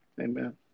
amen